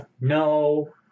No